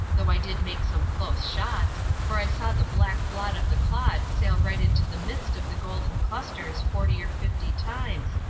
though i did make some close shots, for i saw the black blot of the clod sail right into the midst of the golden clusters forty or fifty times,